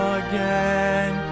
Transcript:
again